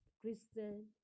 Christian